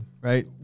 right